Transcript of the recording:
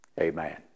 Amen